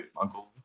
uncle